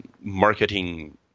marketing